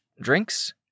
Drinks